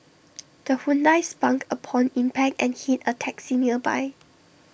the Hyundai spunk upon impact and hit A taxi nearby